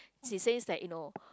she says that you know